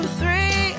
three